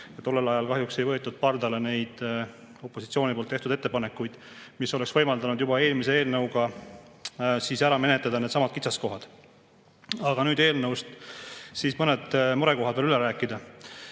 Tollel ajal kahjuks ei võetud pardale neid opositsiooni ettepanekuid, mis oleks võimaldanud juba eelmise eelnõuga ära [kaotada] needsamad kitsaskohad. Aga nüüd eelnõust. Mõned murekohad on vaja veel üle rääkida.